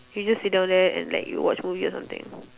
you just sit down there and like you watch movie or something